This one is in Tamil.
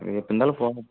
இது எப்படி இருந்தாலும் ஃபோ